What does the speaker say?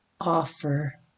offer